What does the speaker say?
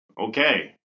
okay